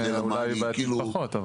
אולי פחות.